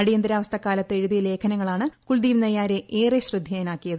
അടിയന്തരാവസ്ഥ കാലത്ത് എഴുതിയ ലേഖനങ്ങളാണ് കുൽദീപ് നയ്യാരെ ഏറെ ശ്രദ്ധേയനാക്കിയത്